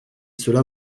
cela